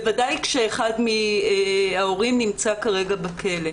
בוודאי כשאחד מההורים נמצא כרגע בכלא.